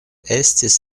estis